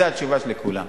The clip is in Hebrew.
זו התשובה שלי לכולם.